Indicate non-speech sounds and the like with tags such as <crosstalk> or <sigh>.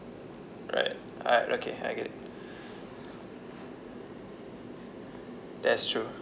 right right okay I get it <breath> that's true